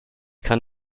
kann